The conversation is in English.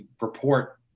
report